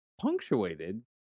punctuated